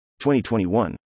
2021